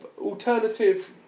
alternative